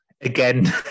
Again